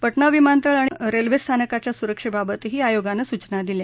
पटना विमानतळ आणि रेल्वे स्थानकांच्या सुरक्षेबाबत ही आयोगानं सूचना दिल्या